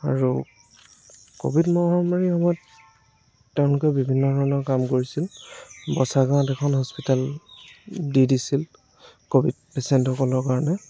আৰু ক'ভিড মহামাৰীৰ সময়ত তেওঁলোকে বিভিন্ন ধৰণৰ কাম কৰিছিল বছা গাঁওত এখন হস্পিটেল দি দিছিল ক'ভিড পেচেণ্টসকলৰ কাৰণে